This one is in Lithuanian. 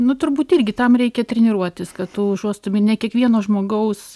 nu turbūt irgi tam reikia treniruotis kad tu užuostum ir ne kiekvieno žmogaus